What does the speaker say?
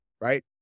right